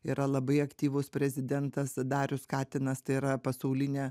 yra labai aktyvus prezidentas darius katinas tai yra pasaulinė